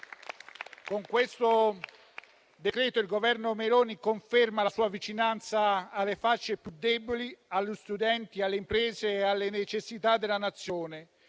in esame il Governo Meloni conferma la sua vicinanza alle fasce più deboli, agli studenti, alle imprese e alle necessità della Nazione;